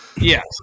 Yes